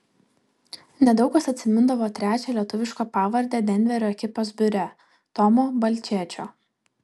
nedaug kas atsimindavo trečią lietuvišką pavardę denverio ekipos biure tomo balčėčio